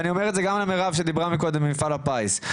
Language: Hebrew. אני אומר את זה גם למירב שדיברה קודם ממפעל הפיס.